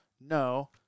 No